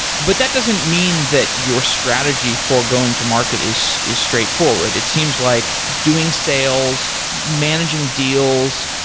but that doesn't mean that your strategy for going to market is is straightforward. it seems like doing sales, managing deals,